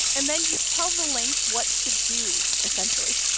and then you tell the link what to do, essentially.